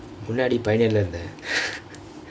முன்னாடி:munnadi pioneer இருந்தெ:irunthe